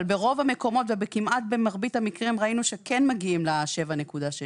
אבל ברוב המקומות וכמעט במרבית המקרים ראינו שכן מגיעים ל-7.6.